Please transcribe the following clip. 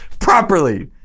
properly